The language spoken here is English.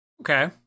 Okay